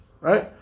Right